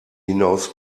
hinaus